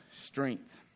strength